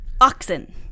Oxen